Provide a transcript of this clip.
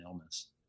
Illness